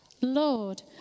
Lord